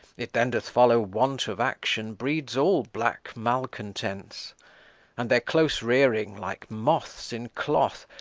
if then doth follow want of action breeds all black malcontents and their close rearing, like moths in cloth,